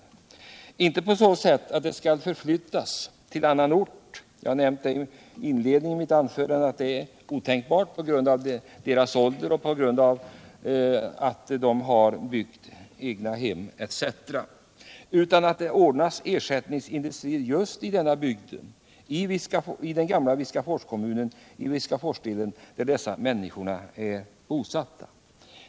Inte på så sätt att de skall förflyttas till annan ort — i inledningen av mitt anförande nämnde jag att det är otänkbart på grund av deras ålder och på grund av att de byggt egnahem etc., utan att det ordnas ersättningsindustrier just i den gamla Viskaforskommun där dessa människor är bosatta.